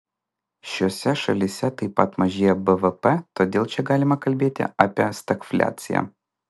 šiose šalyse taip pat mažėja bvp todėl čia galima kalbėti apie stagfliaciją